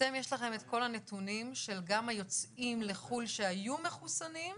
יש לכם את כל הנתונים של גם היוצאים לחו"ל שהיו מחוסנים.